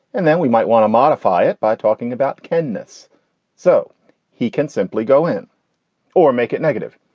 and then we might want to modify it by talking about kindness so he can simply go in or make it negative.